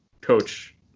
coach